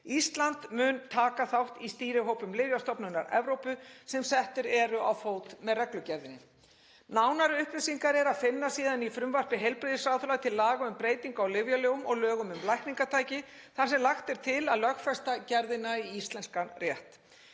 Ísland mun taka þátt í stýrihópum Lyfjastofnunar Evrópu sem settir eru á fót með reglugerðinni. Nánari upplýsingar er að finna í frumvarpi heilbrigðisráðherra til laga um breytingu á lyfjalögum og lögum um lækningatæki þar sem lagt er til að lögfesta gerðina í íslenskan rétt.